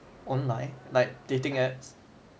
online like dating ap